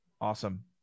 awesome